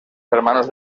hermanos